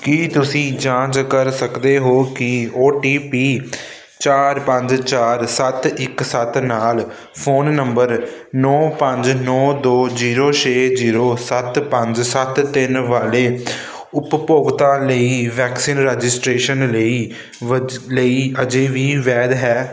ਕੀ ਤੁਸੀਂ ਜਾਂਚ ਕਰ ਸਕਦੇ ਹੋ ਕੀ ਓ ਟੀ ਪੀ ਚਾਰ ਪੰਜ ਚਾਰ ਸੱਤ ਇੱਕ ਸੱਤ ਨਾਲ ਫ਼ੋਨ ਨੰਬਰ ਨੌ ਪੰਜ ਨੌ ਦੋ ਜੀਰੋ ਛੇ ਜੀਰੋ ਸੱਤ ਪੰਜ ਸੱਤ ਤਿੰਨ ਵਾਲੇ ਉਪਭੋਗਤਾ ਲਈ ਵੈਕਸੀਨ ਰਜਿਸਟ੍ਰੇਸ਼ਨ ਲਈ ਵਜ ਲਈ ਅਜੇ ਵੀ ਵੈਧ ਹੈ